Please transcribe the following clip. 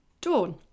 Dawn